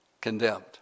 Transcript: condemned